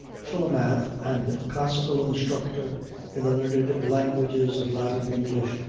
philomath and classical instructor in the learned languages of latin, english,